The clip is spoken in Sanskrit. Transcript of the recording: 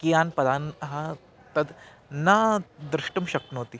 कियान् पदानि ह तद् न द्रष्टुं शक्नोति